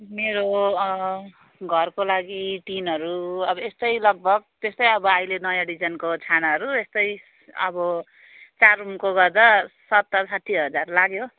मेरो घरको लागि टिनहरू अब यस्तै लगभग त्यस्तै अब अहिले नयाँ डिजाइनको छानाहरू यस्तै अब चार रुमको गर्दा सत्तर साठी हजार लाग्यो